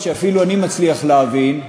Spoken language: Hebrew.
שאפילו אני מצליח להבין,